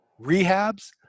rehabs